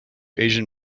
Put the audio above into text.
asian